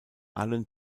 allen